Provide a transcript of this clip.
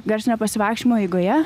garsinio pasivaikščiojimo eigoje